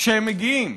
כשהם מגיעים.